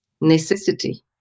necessity